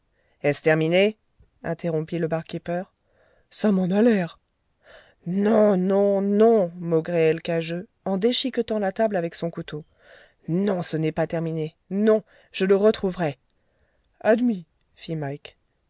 est-ce terminé interrompit le bar keeper ça m'en a l'air non non non maugréait l'cageux en déchiquetant la table avec son couteau non ce n'est pas terminé non je le retrouverai admis fit